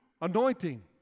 anointing